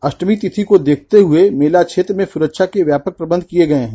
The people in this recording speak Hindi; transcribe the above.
अष्टमी तिथि को देखते हुए मेला क्षेत्र मे सुरक्षा के व्यापक प्रबंध किये गये है